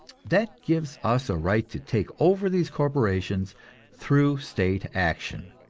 that gives us a right to take over these corporations through state action.